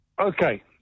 Okay